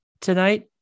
tonight